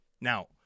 now